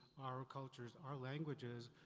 our cultures, our languages,